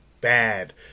Bad